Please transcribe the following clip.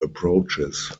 approaches